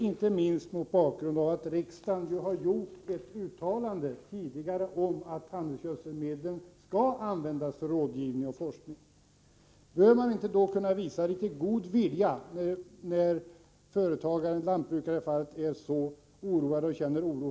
Riksdagen har ju tidigare gjort ett uttalande om att inkomster på handelsgödselmedel skall användas för rådgivning och forskning, och borde man inte då kunna visa litet god vilja när företagaren — i detta fall "lantbrukaren — känner oro?